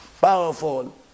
powerful